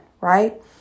Right